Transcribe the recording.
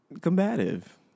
Combative